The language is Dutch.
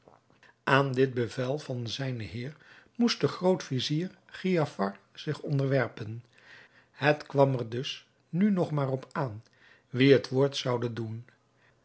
aan dit bevel van zijnen heer moest de groot-vizier giafar zich onderwerpen het kwam er dus nu nog maar op aan wie het woord zoude doen